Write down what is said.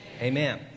Amen